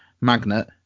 magnet